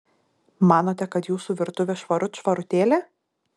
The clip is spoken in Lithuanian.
manote kad jūsų virtuvė švarut švarutėlė